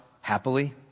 happily